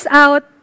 out